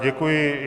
Děkuji.